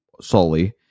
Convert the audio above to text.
solely